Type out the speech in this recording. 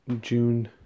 June